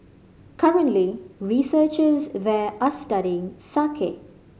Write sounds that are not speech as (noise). currently researchers there are studying (unintelligible)